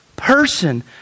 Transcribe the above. person